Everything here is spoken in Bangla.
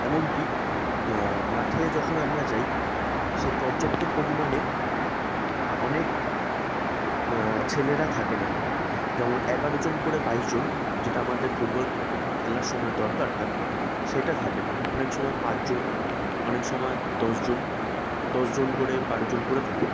এমন কি মাঠে যখন আমরা যাই সে পর্যাপ্ত পরিমাণে অনেক ছেলেরা থাকে না যেমন এগারোজন করে বাইশজন যেটা আমাদের ফুটবল খেলার সময় দরকার হয় সেটা থাকে না অনেক সময় পাঁচজন অনেক সমায় দশজন দশজন করে বারোজন করে থাকে